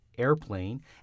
Airplane